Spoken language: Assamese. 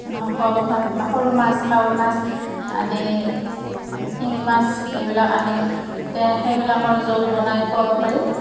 সেনেকৈ খুৱাব পাৰি বা সৰু মাছ কাৱৈ মাছ আদি শিঙি মাছ এইবিলাক আনি সেইবিলাকৰ জোল বনাই খুৱাব পাৰি